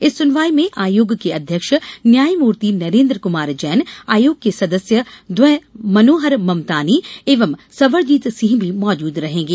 इस सुनवाई में आयोग के अध्यक्ष न्यायमूर्ति नरेन्द्र क्मार जैन आयोग के सदस्य द्वय मनोहर ममतानी एवं सरबजीत सिंह भी मौजूद रहेंगे